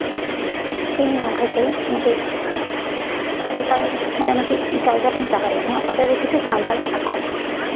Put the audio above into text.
ᱤᱧ ᱱᱚᱝᱠᱟ ᱜᱮ ᱢᱤᱫᱴᱤᱡ ᱥᱟᱱᱛᱟᱲ ᱢᱟᱱᱮ ᱢᱤᱫᱴᱤᱡ ᱡᱟᱭᱜᱟ ᱨᱤᱧ ᱪᱟᱞᱟᱣ ᱞᱮᱱᱟ ᱚᱸᱰᱮ ᱨᱮᱱ ᱠᱤᱪᱷᱩ ᱥᱟᱱᱛᱟᱲ ᱢᱮᱱᱟᱜ ᱠᱚᱣᱟ